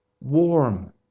warm